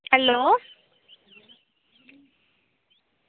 hello